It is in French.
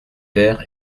vert